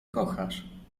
kochasz